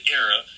era